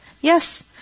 Yes